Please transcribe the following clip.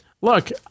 Look